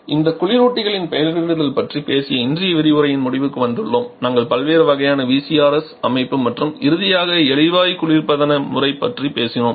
எனவே இந்த குளிரூட்டிகள் பெயரிடுதலைப் பற்றி பேசி இன்றைய விரிவுரையின் முடிவுக்கு வந்துள்ளோம் நாங்கள் பல்வேறு வகையான VCRS அமைப்பு மற்றும் இறுதியாக எரிவாயு குளிர்பதன முறை பற்றி பேசினோம்